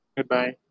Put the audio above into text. Goodbye